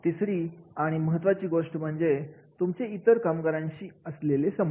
तिसरी आणि सर्वात महत्वाची गोष्ट म्हणजे तुमचे इतर इतर कामगारांशी असलेले संबंध